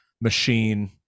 machine